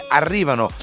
arrivano